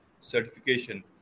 certification